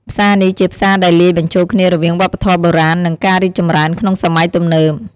ផ្សារនេះជាផ្សារដែលលាយបញ្ចូលគ្នារវាងវប្បធម៌បុរាណ និងការរីកចម្រើនក្នុងសម័យទំនើប។